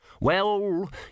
Well